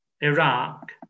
Iraq